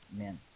amen